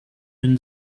been